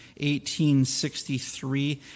1863